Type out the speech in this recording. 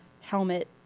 helmet